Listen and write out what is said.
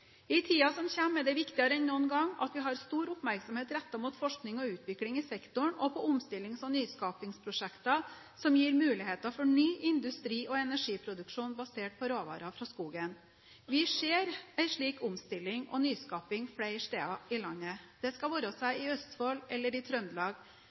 I tiden som kommer er det viktigere enn noen gang at vi har stor oppmerksomhet rettet mot forskning og utvikling i sektoren og på omstillings- og nyskapingsprosjekter som gir muligheter for ny industri og energiproduksjon basert på råvarer fra skogen. Vi ser en slik omstilling og nyskaping flere steder i landet – det være